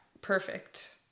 perfect